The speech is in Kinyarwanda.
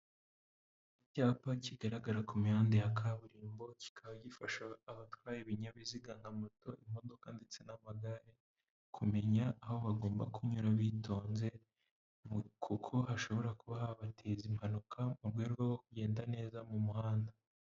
Icyapa kigaragara ku mihanda ya kaburimbo kikaba gifasha abatwaye ibinyabiziga nka moto imodoka ndetse n'amagare, kumenya aho bagomba kunyura bitonze kuko hashobora kuba habateza impanuka mu rwego rwo kugenda neza mu muhanda.